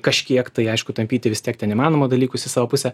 kažkiek tai aišku tampyti vis tiek ten įmanoma dalykus į savo pusę